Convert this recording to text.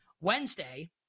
Wednesday